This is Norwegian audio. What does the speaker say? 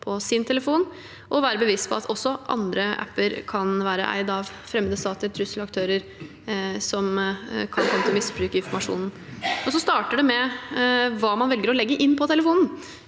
bør være bevisst på at også andre apper kan være eid av fremmede stater og trusselaktører som kan komme til å misbruke informasjonen. Det starter med hva man velger å legge inn på telefonen.